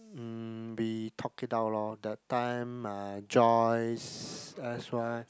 mm we talked it out lor that time uh Joyce s_y